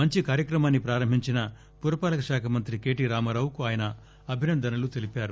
మంచి కార్యక్రమాన్ని ప్రారంభించిన పురపాలక శాఖ మంత్రి కే టి రామారావు కు ఆయన అభినందనలు తెలిపారు